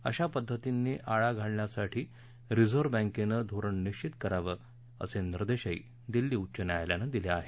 अशा पद्धतींना आळा घालण्यासाठी रिझर्व बँकेनं धोरण निश्वित करावं असे निर्देश दिल्ली उच्च न्यायालयानं दिले आहेत